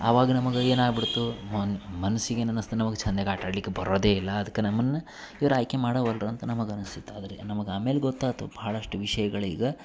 ಅವಾಗ ನಮಗೆ ಏನಾಗಿಬಿಡ್ತು ಮನಸಿಗೆ ಏನು ಅನಿಸ್ತು ನಮಗೆ ಚಂದಾಗಿ ಆಟಾಡ್ಲಿಕ್ಕೆ ಬರೋದೇ ಇಲ್ಲ ಅದ್ಕೆ ನಮ್ಮನ್ನು ಇವ್ರು ಆಯ್ಕೆ ಮಾಡೋವಲ್ರು ಅಂತ ನಮಗೆ ಅನಿಸಿತ್ತು ಆದರೆ ನಮಗೆ ಆಮೇಲೆ ಗೊತ್ತಾಯ್ತು ಭಾಳಷ್ಟು ವಿಷಯಗಳು ಈಗ